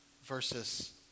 Versus